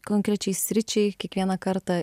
konkrečiai sričiai kiekvieną kartą